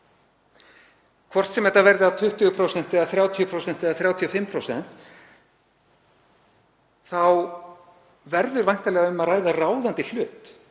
Hvort sem það verða 20% eða 30% eða 35% þá verður væntanlega um að ræða ráðandi hlut.